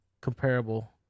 comparable